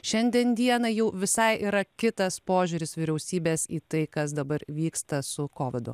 šiandien dienai jau visai yra kitas požiūris vyriausybės į tai kas dabar vyksta su kovidu